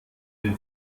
den